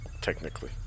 technically